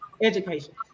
education